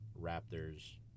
Raptors